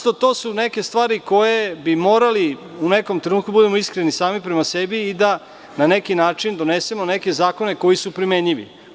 To su neke stvari sa kojima bi morali u nekom trenutku da budemo iskreni sami prema sebi i da na neki način donesemo neke zakone koji su primenljivi.